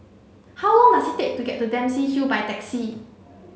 how long does it take to get to Dempsey Hill by taxi